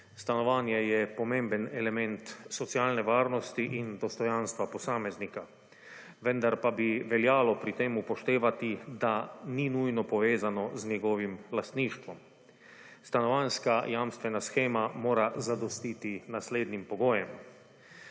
Stanovanje je pomemben element socialne varnosti in dostojanstva posameznika. Vendar pa bi veljajo pri tem upoštevati, da ni nujno povezano z njegovim lastništvom. Stanovanjska jamstvena shema mora zadostiti naslednjim pogojem: